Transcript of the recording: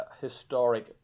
historic